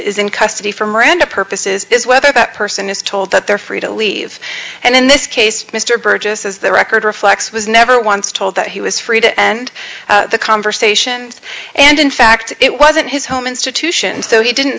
is in custody for miranda purposes is whether that person is told that they're free to leave and in this case mr burgess is the record reflects was never once told that he was free to end the conversation and in fact it wasn't his home institution so he didn't